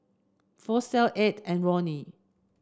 Flossie Ed and Ronny